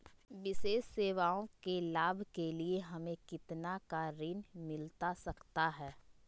विशेष सेवाओं के लाभ के लिए हमें कितना का ऋण मिलता सकता है?